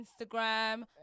Instagram